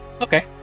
Okay